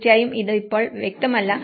തീർച്ചയായും അത് ഇപ്പോൾ വ്യക്തമല്ല